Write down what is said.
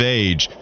age